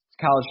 college